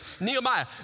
Nehemiah